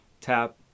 Tap